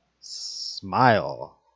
Smile